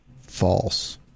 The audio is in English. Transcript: false